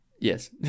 Yes